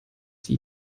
die